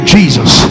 Jesus